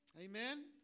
Amen